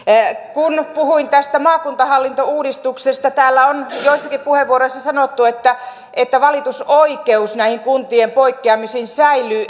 kun puhuin tästä maakuntahallintouudistuksesta täällä on joissakin puheenvuoroissa sanottu että että valitusoikeus näihin kuntien poikkeamisiin säilyy